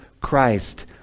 Christ